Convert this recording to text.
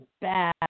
bad